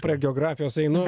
prie geografijos einu